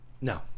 No